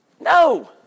No